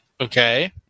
Okay